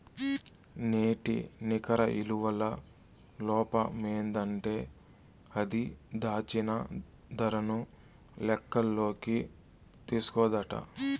నేటి నికర ఇలువల లోపమేందంటే అది, దాచిన దరను లెక్కల్లోకి తీస్కోదట